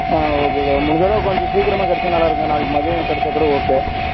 ஆ ஓகேக்கா முடிஞ்ச அளவுக்கு கொஞ்சம் சீக்கிரமாக கிடச்சா நல்லாயிருக்கும்க்கா நாளைக்கு மதியானம் கிடச்சா கூட ஓகே